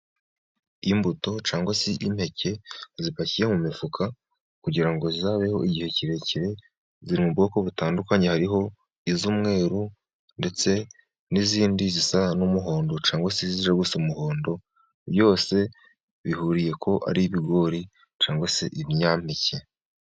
Imbuto cyangwa se impeke zipakiye mu mifuka kugirango zizabeho igihe kirekire, ziri mu bwoko butandukanye hariho iz'umweruru ndetse n'izindi zisa n'umuhondo cyangwa se zijya gusa umuhondo, byose bihuriye ko ari ibigori cyangwa se ibinyampeke.